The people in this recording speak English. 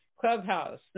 Clubhouse